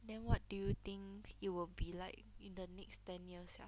then what do you think it will be like in the next ten years sia